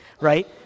Right